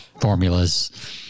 formulas